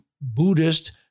Buddhist